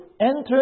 enter